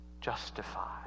justified